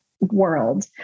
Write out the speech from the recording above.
world